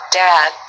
dad